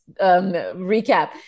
recap